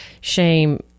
shame